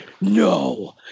No